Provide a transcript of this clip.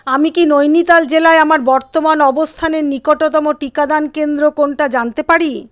আমি কি নৈনিতাল জেলায় আমার বর্তমান অবস্থানের নিকটতম টিকাদান কেন্দ্র কোনটা জানতে পারি